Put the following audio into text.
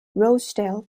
rosedale